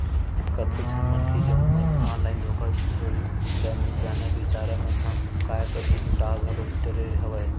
कतको झन मनखे जउन मन ऑनलाइन धोखाघड़ी ल नइ जानय बिचारा मन ह काय करही लूटा घलो डरे हवय